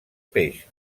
peix